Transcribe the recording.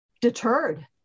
deterred